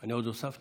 אני עוד הוספתי.